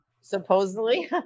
supposedly